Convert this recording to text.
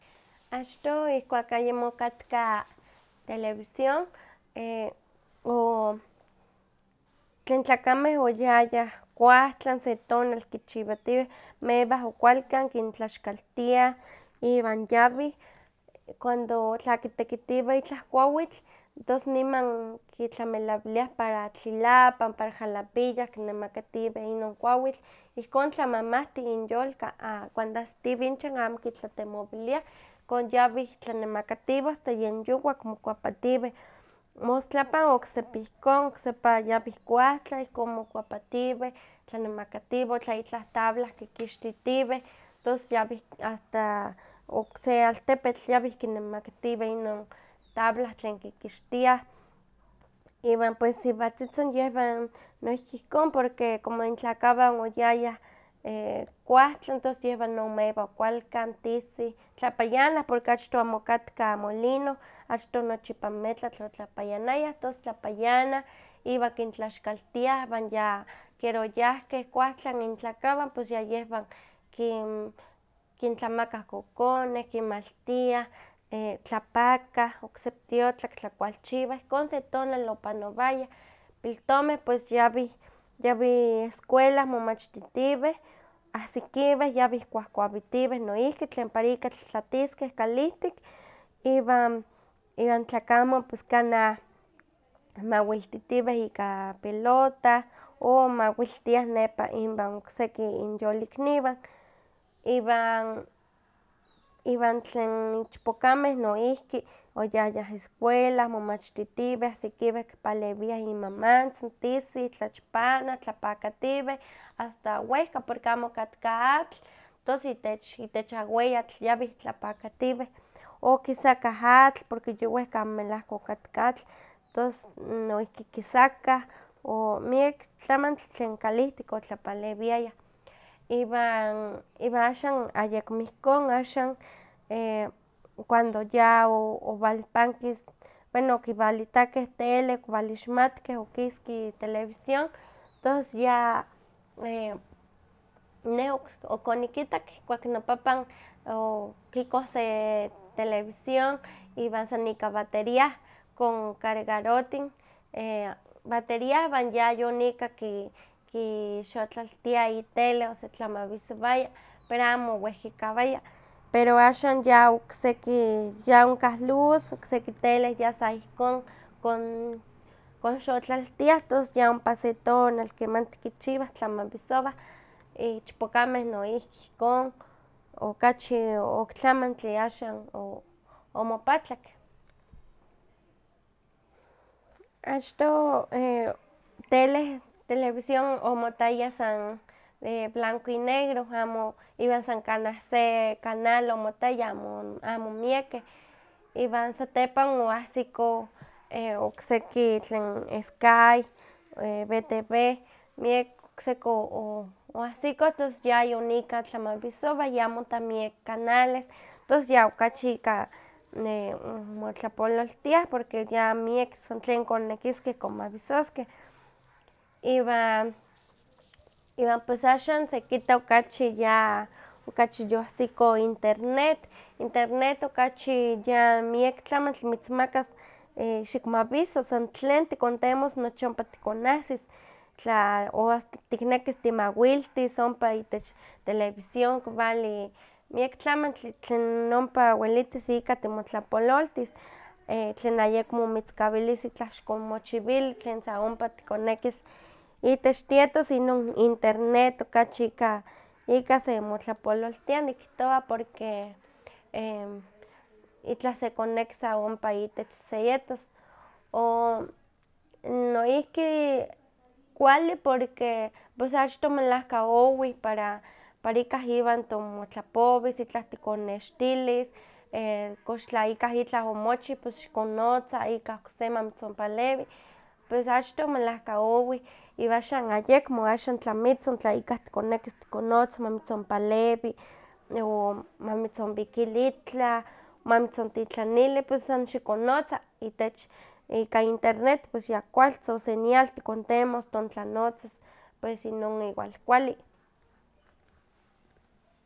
Achtoh ihkuak ayemo okatka televisión, o- tlen tlakameh oyayah kuawtlan se tonal kichiwatiweh, mewah okkualkan kintlaxkaltiah iwan yawih cuando tla kitekitiweh itlah kuawitl, tos niman kitlamelawiliah para tlilapan, para jalapilla kinemakatiweh inon kuawitl, ihkon tlamamahtih inyolka a- cuando ahsitiwih inchan ihkon amo kitlatemowiliah, ihkon yawih tlanemakatiweh, asta yen yuwak mokuapatiweh. Mostlapan oksepa ihkon, oksepa yawih kuawtlan, ihkon mokuepatiweh tlanemakatiweh, o tla itlah tabla kikixtitiweh tos yawih asta okse altepetl yawih kinemakatiweh inon tabla tlen kikixtiah. Iwan pues siwatzitzin noihki ihkon, porque como intlakawan oyayah kuawtlan, tos yehwan no mewah okkualkan tisih, tlapayanah porque achtoh amo okatka molino, achtoh nochi ipan metlatl otlapayanayah, tos tlapayanah iwan kintlaxkaltiah iwan ya kiera oyahkeh kuawtlan intlakawan pues ya yehwan kin- kintlamakah kokoneh, kinmaltiah, tlapakah oksepa tiotlak tlakualchiwah, ihkon se tonal opanowayah. Piltomeh pues yawih yawih escuela momachtitiweh, ahsikiweh, yawih kuawkuawitiweh noihki tlen para ika tlatlatiskeh kalihtik, iwan, iwan tlakamo pues kanah nawiltitiweh ika pelotah o mawiltiah nepa inwan okseki inyolikniwan, iwan iwan tlen ichpokameh noihki oyayah escuela, momachtitiweh, ahsikiweh kipalewiah inmamantzin, tisih, tlachpanah, tlapakatiweh asta wehka, porque amo okatka atl, tos itech itech aweyatl yawih tlapakatiweh, o kisakah atl porque yowehka amo melahka okatka atlm tos noihki kisakah, o miek tlamantli tlen kalihtik otlapalewiayah, iwan, iwan axan ayekmo ihkon, axan cuando ya owalpankiski, bueno okiwalitakeh tele, okiwalixmatkeh, okiski televisión, tos ya ne okonikitak ihkuak nopapan yeh okikoh se televisión iwan san ika batería concargarotin batería iwan ya yonika kixotlaltia itele, osetlamawisowaya, pero amo owehkikawaya, pero axan ya okseki ya onkah luz okseki tele ya sa ihkon kon konxotlaltiah tos ya ompa se tonal kemanti kichiwah tlamawisowah, ichpokameh noihki ihkon, okachi oktlamantli axan o- omopatlak. Achtoh tele, televisión o motaya san de blanco y negro, iwan san kanah se canal omotaya amo amo miekeh, iwan satepan oahsiko okseki tlen sky, vetv, miek okseki o- oahsikoh tos ya yonika tlamawisowah, ya motah miek canales, tos ya okachi ika motlapololtiah porque ya miek san tlen konnekiskeh konmawisoskeh iwa, iwan pues axan sekita okachi ya okachi yoahsiko internet, internet okachi ya miek tlamantli mitzmakas xikmawiso son tlen tikontemos nochi ompa tikonahsis, o asta tiknekis timawiltis ompa itech televisión kiwali miek tlamantli tlen ompa welitis ika timotlapololtis, tlen ayekmo mitzkawilis itlah xikonmochiwili tlen sa ompa tikonnekis itech tietos inon internet okachi ika ika semotlapololtis nikihtiwa porque itlah sekonneki sa ompa itech seyetos, o noihki kuali porque pus achtoh melahka owih para para ikah iwan timotlapowis, itlah tikonnextilis, kox tla ikah itlah omochi pus xikonnotza ika okse ma mitzonpalewi, pues achtoh melahka owih, iwan axan ayekmo, axan tlamitzinn tla ikah tikonnekis tikonnotzas ma mitzonpalewi, o mamitzonwikili itlah, o ma mitzontitlanili pues san xikonnotza itech ika internet pues ya kualtzin o señal tikontemos tontlaontzas pues inon igual kualli.